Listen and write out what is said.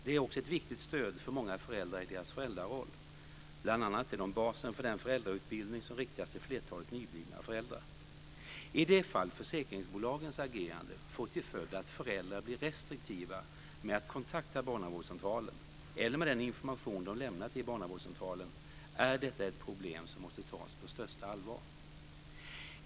De är också ett viktigt stöd för många föräldrar i deras föräldraroll, bl.a. är de basen för den föräldrautbildning som riktas till flertalet nyblivna föräldrar. I det fall försäkringsbolagens agerande får till följd att föräldrar blir restriktiva med att kontakta barnavårdscentralen, eller med den information de lämnar till barnavårdscentralen, är detta ett problem som måste tas på största allvar.